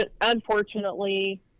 Unfortunately